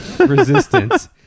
resistance